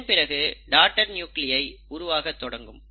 இதன் பிறகு daughter nuclei உருவாக தொடங்கும்